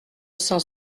cent